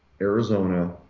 Arizona